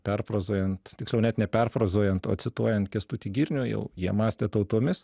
perfrazuojant tiksliau net ne perfrazuojant o cituojant kęstutį girnių jau jie mąstė tautomis